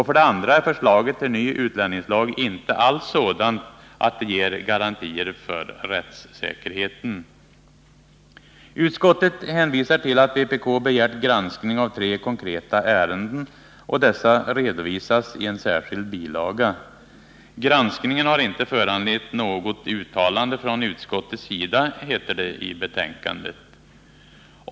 För det andra är förslaget till ny utlänningslag inte alls sådant att det ger garantier för rättssäkerheten. Utskottet hänvisar till att vpk begärt granskning av tre konkreta ärenden, och dessa redovisas i en särskild bilaga. Granskningen har inte föranlett något uttalande från utskottets sida, heter det i betänkandet.